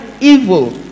evil